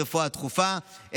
ברפואה הדחופה,